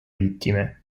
vittime